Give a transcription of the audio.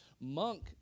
Monk